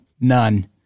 none